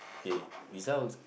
okay pizza